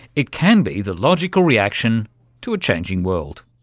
it can be the logical reaction to a changing world.